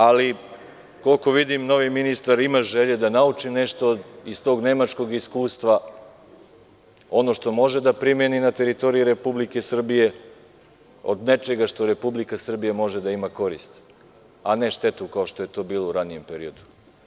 Ali, koliko vidim, novi ministar ima želje da nauči nešto iz tog nemačkog iskustva, ono što može da primeni na teritoriji Republike Srbije, od nečega što Republika Srbija može da ima korist, a ne štetu kao što je to bilo u ranijem periodu.